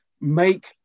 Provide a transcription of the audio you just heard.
make